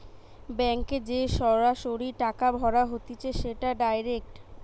ব্যাংকে যে সরাসরি টাকা ভরা হতিছে সেটা ডাইরেক্ট